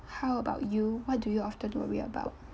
how about you what do you often worry about